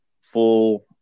full